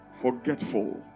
forgetful